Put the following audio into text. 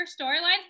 storylines